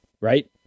Right